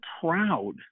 proud